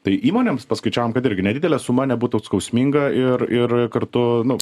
tai įmonėms paskaičiavom kad irgi nedidelė suma nebūtų skausminga ir ir kartu nu